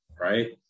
right